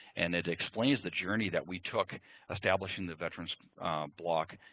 and it explains the journey that we took establishing the veterans block,